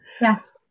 Yes